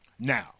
Now